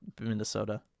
Minnesota